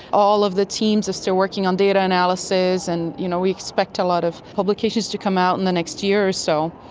all of the teams are still working on data analysis and you know we expect a lot of publications to come out in the next year or so.